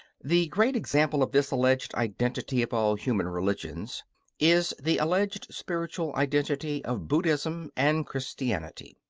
the great example of this alleged identity of all human religions is the alleged spiritual identity of buddhism and christianity.